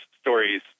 stories